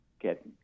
get